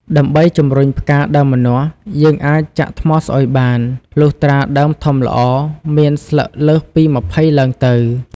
ដើម្បីជំរុញផ្កាដើមម្នាស់ យើងអាចចាក់ថ្មស្អុយបាន លុះត្រាដើមធំល្អ មានស្លឹកលើសពី ២០ឡើងទៅ។